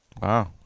Wow